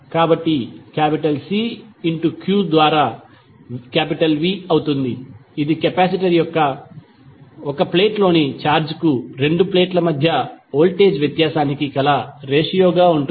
కాబట్టి C q ద్వారా V అవుతుంది ఇది కెపాసిటర్ యొక్క 1 ప్లేట్లోని ఛార్జ్ కు రెండు ప్లేట్ల మధ్య వోల్టేజ్ వ్యత్యాసానికి కల రేషియో గా ఉంటుంది